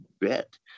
bet